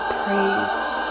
praised